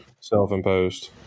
self-imposed